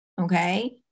okay